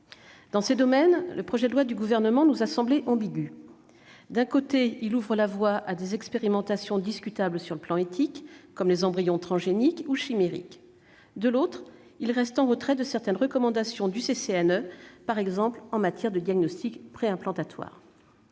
Dans ce domaine, le texte du Gouvernement nous a semblé ambigu : d'un côté, il ouvre la voie à des expérimentations discutables sur le plan éthique, comme les embryons transgéniques ou chimériques ; de l'autre, il reste en retrait de certaines recommandations du CCNE (Comité consultatif